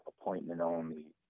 appointment-only